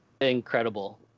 incredible